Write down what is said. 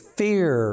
fear